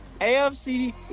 AFC